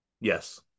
Yes